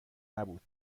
نبود